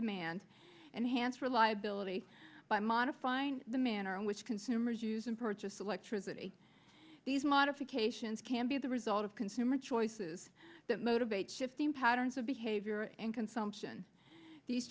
demand and hance reliability by modifying the manner in which consumers use and purchase electricity these modifications can be the result of consumer choices that motivate shifting patterns of behavior and consumption these